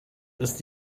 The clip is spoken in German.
ist